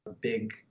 big